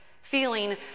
feeling